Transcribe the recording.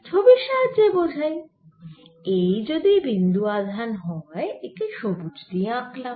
ছবির সাহায্যে বোঝাই এই যদি বিন্দু আধান হয় একে সবুজ দিয়ে আঁকলাম